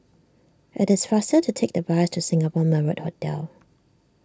it is faster to take the bus to Singapore Marriott Hotel